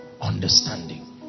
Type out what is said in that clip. understanding